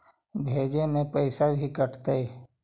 भेजे में पैसा भी कटतै?